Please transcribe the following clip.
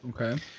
Okay